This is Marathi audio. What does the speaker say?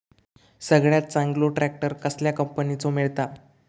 सगळ्यात चांगलो ट्रॅक्टर कसल्या कंपनीचो मिळता?